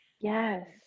yes